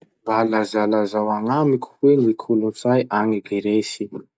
Mba lazalazao agnamiko hoe ny kolotsay agny Gresy?